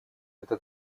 это